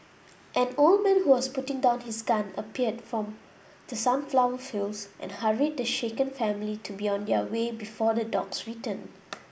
an old man who was putting down his gun appeared from the sunflower fields and hurried the shaken family to be on their way before the dogs return